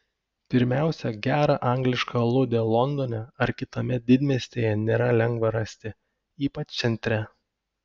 pirmiausia gerą anglišką aludę londone ar kitame didmiestyje nėra lengva rasti ypač centre